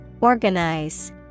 Organize